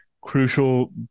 crucial